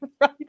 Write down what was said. right